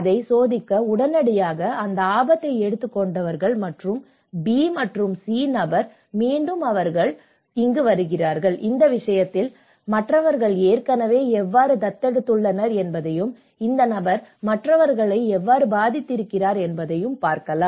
அதைச் சோதிக்க உடனடியாக அந்த ஆபத்தை எடுத்துக் கொண்டவர் மற்றும் பி மற்றும் நபர் சி மீண்டும் அவர்கள் மீண்டும் இங்கு வருகிறார்கள் இந்த விஷயத்தில் மற்றவர்கள் ஏற்கனவே எவ்வாறு தத்தெடுத்துள்ளனர் என்பதையும் இந்த நபர் மற்றவர்களை எவ்வாறு பாதித்திருக்கிறார் என்பதையும் பார்க்கலாம்